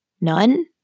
None